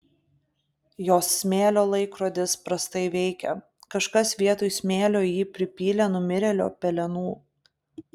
jos smėlio laikrodis prastai veikia kažkas vietoj smėlio į jį pripylė numirėlio pelenų